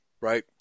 Right